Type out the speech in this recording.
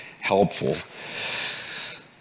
helpful